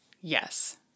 Yes